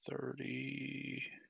thirty